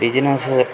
business